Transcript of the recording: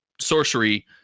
sorcery